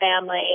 family